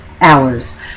hours